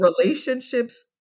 relationships